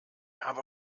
habe